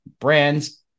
brands